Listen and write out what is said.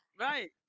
Right